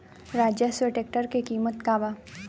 Swaraj tractor के किमत का बा?